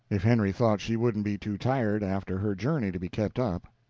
if henry thought she wouldn't be too tired after her journey to be kept up.